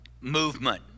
movement